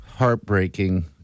heartbreaking